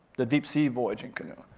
the deep sea voyaging canoe,